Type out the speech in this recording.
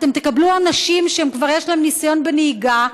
אתם תקבלו אנשים שכבר יש להם ניסיון בנהיגה,